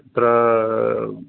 अत्र